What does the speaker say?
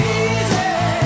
easy